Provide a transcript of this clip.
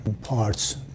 parts